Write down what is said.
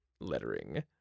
lettering